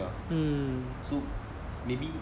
mm